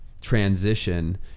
transition